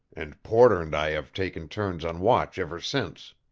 and porter and i have taken turns on watch ever since.